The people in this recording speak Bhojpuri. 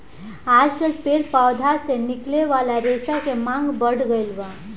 आजकल पेड़ पौधा से निकले वाला रेशा के मांग बढ़ गईल बा